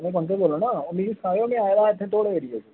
में पंत होर बोला ना ओह् मिगी सनायो में आए दा हा थुआढ़े एरिया च